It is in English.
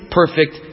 perfect